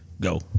go